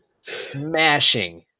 smashing